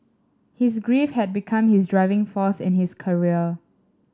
his grief had become his driving force in his career